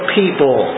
people